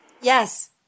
Yes